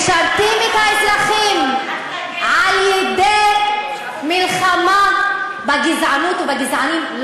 משרתים את האזרחים על-ידי מלחמה בגזענות ובגזענים,